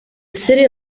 city